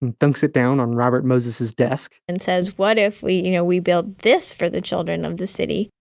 and dunks it down on robert moses's desk and says, what if we you know we build this for the children of the city?